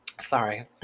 Sorry